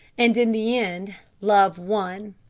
and in the end love won.